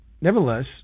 nevertheless